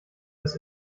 des